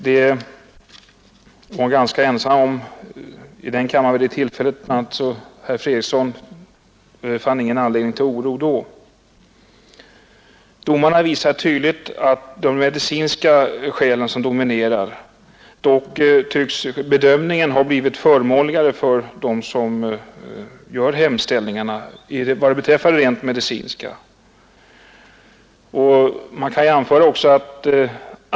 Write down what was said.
Hon var ganska ensam om åsikten i den kammaren då. Herr Fredriksson fann ingen anledning till oro vid det tillfället. Domarna visar tydligt att de medicinska skälen dominerar; dock tycks bedömningen ha blivit förmånligare vad beträffar de rent medicinska skälen för dem som gör ansökan.